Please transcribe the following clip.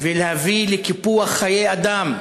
ולהביא לקיפוח חיי אדם?